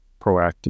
proactive